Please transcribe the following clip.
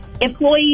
employees